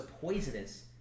poisonous